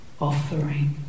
offering